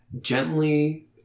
gently